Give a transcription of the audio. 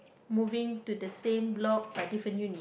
moving to the same block but different unit